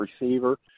receiver